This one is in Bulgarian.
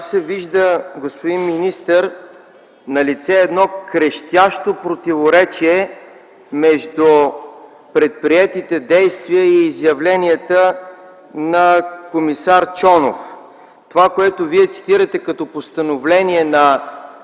Както се вижда, господин министър, налице е едно крещящо противоречие между предприетите действия и изявленията на комисар Чонов. Това, което Вие цитирате като постановление на